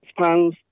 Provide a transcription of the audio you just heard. spans